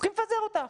צריכים לפזר אותה.